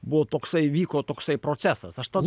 buvo toksai vyko toksai procesas aš tada